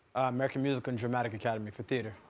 american music and dramatic academy for theater.